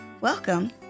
Welcome